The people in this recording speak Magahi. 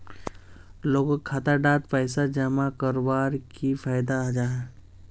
लोगोक खाता डात पैसा जमा कवर की फायदा जाहा?